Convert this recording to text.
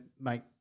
make